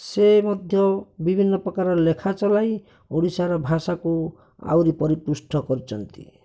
ସେ ମଧ୍ୟ ବିଭିନ୍ନ ପ୍ରକାର ଲେଖା ଚଲାଇ ଓଡ଼ିଶାର ଭାଷାକୁ ଆହୁରି ପରିପୃଷ୍ଠ କରିଛନ୍ତି